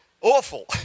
awful